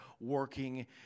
working